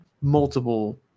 multiple